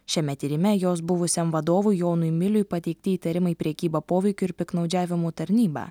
šiame tyrime jos buvusiam vadovui jonui miliui pateikti įtarimai prekyba poveikiu ir piktnaudžiavimu tarnyba